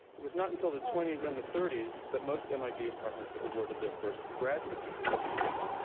it was not until the twenty s and the thirty s that most mit departments awarded their first graduate degrees to women.